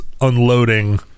unloading